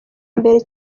mbere